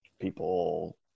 people